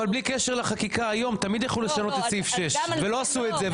בלי קשר לחקיקה היום תמיד יכלו לשנות את סעיף 6 ולא עשו את זה,